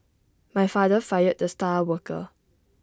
my father fired the star worker